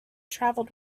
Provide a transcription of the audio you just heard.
travelled